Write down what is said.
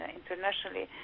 internationally